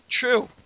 True